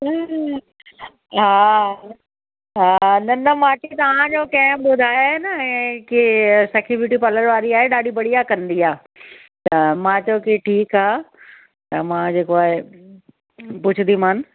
हा हा न न मांखे तव्हांजो कंहिं ॿुधायो इहो कि सखी ब्यूटी पार्लर वारी आहे ॾाढी बढ़िया कंदी आहे त मां चयो कि ठीकु आहे त मां जेको आहे पुछंदीमानि